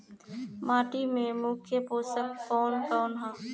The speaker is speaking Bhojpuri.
माटी में मुख्य पोषक कवन कवन ह?